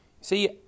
See